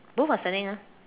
both are standing ah